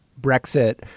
Brexit